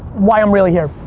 why i'm really here.